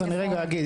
אז אני רגע אגיד.